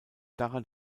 daran